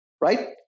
right